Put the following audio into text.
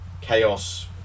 chaos